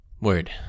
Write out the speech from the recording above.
Word